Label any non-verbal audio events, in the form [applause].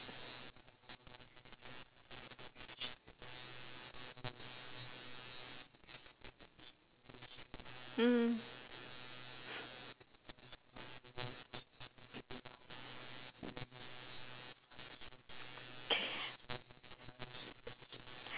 mm [laughs]